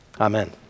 Amen